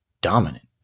dominant